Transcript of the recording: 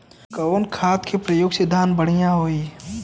कवन खाद के पयोग से धान बढ़िया होई?